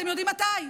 אתם יודעים מתי?